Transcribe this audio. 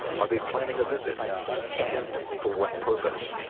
are they planning a visit and for what purpose